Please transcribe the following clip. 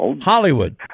Hollywood